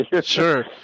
Sure